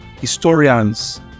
historians